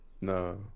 No